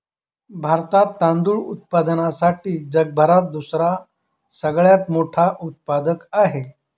भारतात तांदूळ उत्पादनासाठी जगभरात दुसरा सगळ्यात मोठा उत्पादक आहे